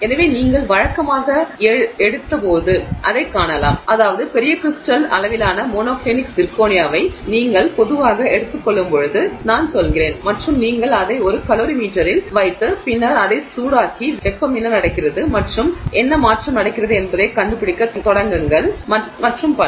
எனவே நீங்கள் வழக்கமாக எடுத்தபோது அதைக் காணலாம் அதாவது பெரிய கிரிஸ்டல் அளவிலான மோனோக்ளினிக் சிர்கோனியாவை நீங்கள் பொதுவாக எடுத்துக் கொள்ளும்போது நான் சொல்கிறேன் மற்றும் நீங்கள் அதை ஒரு கலோரிமீட்டரில் வைத்து பின்னர் அதை சூடாக்கி வெப்பம் என்ன நடக்கிறது மற்றும் என்ன மாற்றம் நடக்கிறது என்பதைக் கண்டுபிடிக்கத் தொடங்குங்கள் மற்றும் பல